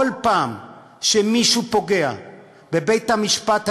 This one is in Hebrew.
כל פעם שמישהו פוגע בבית-המשפט העליון,